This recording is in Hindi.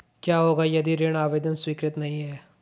क्या होगा यदि ऋण आवेदन स्वीकृत नहीं है?